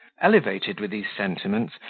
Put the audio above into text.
elevated with these sentiments,